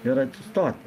ir atsistoti